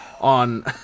on